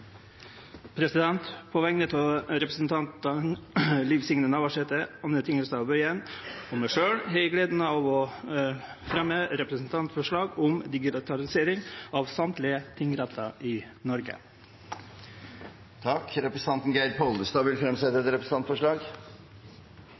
På vegner av representantane Liv Signe Navarsete, Anne Tingelstad Wøien og meg sjølv har eg gleda av å fremje representantforslag om digitalisering av alle tingrettar i Noreg. Representanten Geir Pollestad vil fremsette